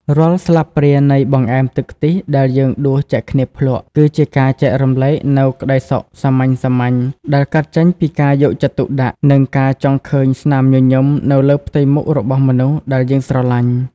រាល់ស្លាបព្រានៃបង្អែមទឹកខ្ទិះដែលយើងដួសចែកគ្នាភ្លក់ គឺជាការចែករំលែកនូវក្ដីសុខសាមញ្ញៗដែលកើតចេញពីការយកចិត្តទុកដាក់ និងការចង់ឃើញស្នាមញញឹមនៅលើផ្ទៃមុខរបស់មនុស្សដែលយើងស្រឡាញ់។